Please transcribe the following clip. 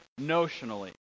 notionally